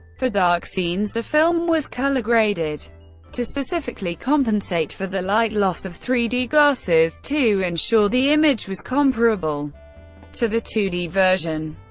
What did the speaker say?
for dark scenes, the film was color graded to specifically compensate for the light loss of three d glasses, to ensure the image was comparable to the two d version.